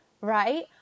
right